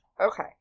okay